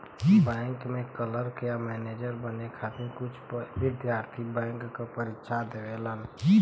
bank में clerk या manager बने खातिर कुछ विद्यार्थी बैंक क परीक्षा देवलन